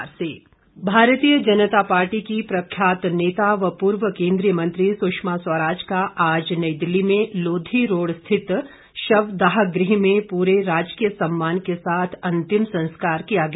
निधन भारतीय जनता पार्टी की प्रख्यात नेता व पूर्व केंद्रीय मंत्री सुषमा स्वराज का आज नई दिल्ली में लोधी रोड़ रिथित शवदाह गृह में पूरे राजकीय सम्मान के साथ अंतिम संस्कार किया गया